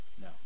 No